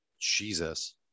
Jesus